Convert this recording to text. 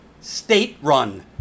state-run